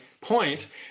point